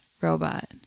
robot